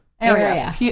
Area